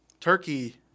turkey